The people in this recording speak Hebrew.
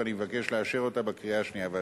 ואני מבקש לאשר אותה בקריאה השנייה והשלישית.